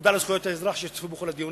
האגודה לזכויות האזרח, שהשתתפו בכל הדיונים,